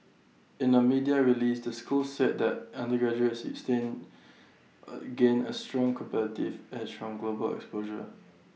in A media release the school said that undergraduates stand A gain A strong competitive edge from global exposure